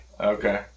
Okay